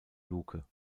luke